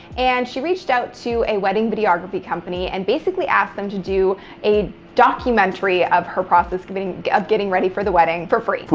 and she reached out to a wedding videography company and basically asked them to do a documentary of her process of getting ready for the wedding, for free.